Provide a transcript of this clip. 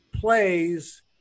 plays